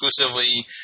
exclusively